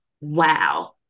wow